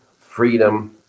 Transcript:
freedom